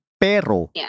Pero